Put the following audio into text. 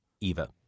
Eva